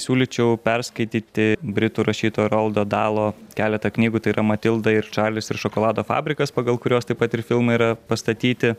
siūlyčiau perskaityti britų rašytojo roldo dalo keletą knygų tai yra matilda ir čarlis ir šokolado fabrikas pagal kuriuos taip pat ir filmai yra pastatyti